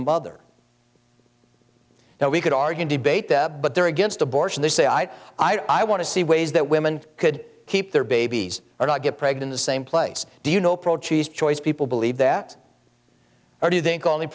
mother now we could argue debate that but they're against abortion they say i i want to see ways that women could keep their babies or not get pregnant the same place do you know pro cheese choice people believe that or do you think